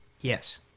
Yes